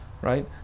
right